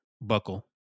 buckle